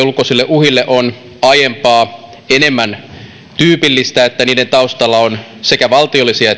ulkoisille uhille on aiempaa enemmän tyypillistä että niiden taustalla on sekä valtiollisia